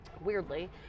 weirdly